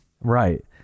right